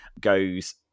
goes